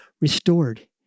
restored